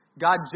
God